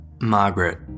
Margaret